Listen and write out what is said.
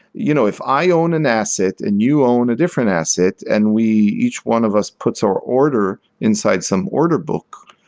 you know if i own an asset and you own a different asset and each one of us puts our order inside some order book,